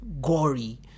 gory